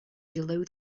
below